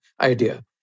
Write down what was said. idea